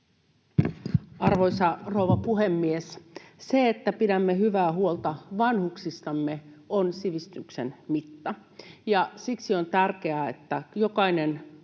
Arvoisa rouva puhemies! Se, että pidämme hyvää huolta vanhuksistamme, on sivistyksen mitta. Siksi on tärkeää, että jokainen